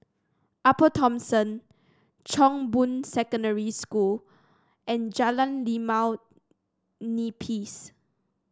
Upper Thomson Chong Boon Secondary School and Jalan Limau Nipis